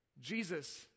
Jesus